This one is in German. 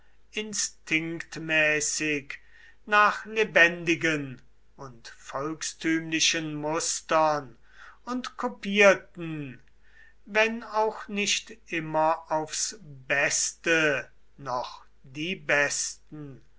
instinktmäßig nach lebendigen und volkstümlichen mustern und kopierten wenn auch nicht immer aufs beste noch die besten